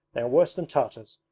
they are worse than tartars,